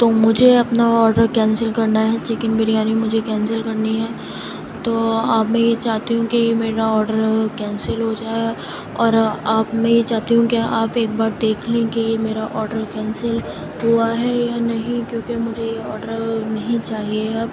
تو مجھے اپنا آرڈر کینسل کرنا ہے چکن بریانی مجھے کینسل کرنی ہے تو اب میں یہ چاہتی ہوں کہ میرا آرڈر کینسل ہو جائے اور آپ میں یہ چاہتی ہوں کہ آپ ایک بار دیکھ لیں کہ میرا آرڈر کینسل ہوا ہے یا نہیں کیوں کہ مجھے یہ آرڈر نہیں چاہیے اب